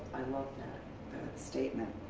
i love that statement.